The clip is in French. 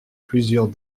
plusieurs